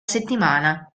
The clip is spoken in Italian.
settimana